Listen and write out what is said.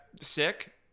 sick